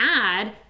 add